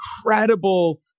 incredible